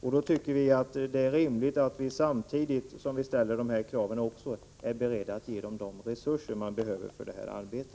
Vi tycker att det är rimligt att man samtidigt som man ställer dessa krav också ger dem de resurser de behöver för sitt arbete.